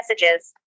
messages